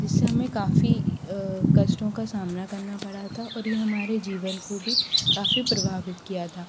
जिससे हमें काफ़ी कष्टों का सामना करना पड़ा था और यह हमारे जीवन को भी काफ़ी प्रभावित किया था